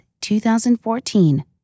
2014